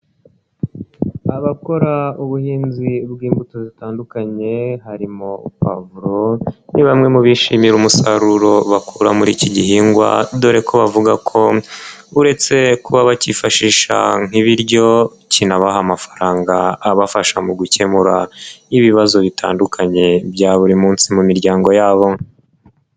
Abakora ubuhinzi bw'imbuto zitandukanye, harimo pavuro, ni bamwe mu bishimira umusaruro bakura muri iki gihingwa, dore ko bavuga ko uretse kuba bakifashisha nk'ibiryo, kinabaha amafaranga abafasha mu gukemura ibibazo bitandukanye bya buri munsi mu miryango yabo.